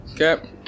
Okay